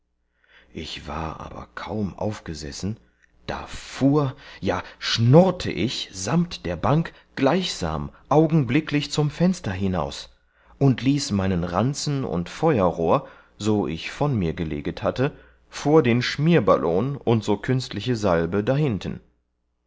ich war aber kaum aufgesessen da fuhr ja schnurrte ich samt der bank gleichsam augenblicklich zum fenster hinaus und ließ meinen ranzen und feuerrohr so ich von mir geleget hatte vor den schmierberlohn und so künstliche salbe dahinten